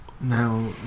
Now